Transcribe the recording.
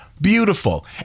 Beautiful